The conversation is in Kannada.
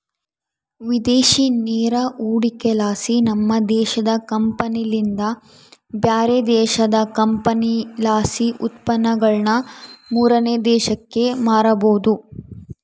ವಿದೇಶಿ ನೇರ ಹೂಡಿಕೆಲಾಸಿ, ನಮ್ಮ ದೇಶದ ಕಂಪನಿಲಿಂದ ಬ್ಯಾರೆ ದೇಶದ ಕಂಪನಿಲಾಸಿ ಉತ್ಪನ್ನಗುಳನ್ನ ಮೂರನೇ ದೇಶಕ್ಕ ಮಾರಬೊದು